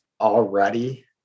already